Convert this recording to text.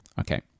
Okay